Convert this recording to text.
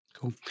Cool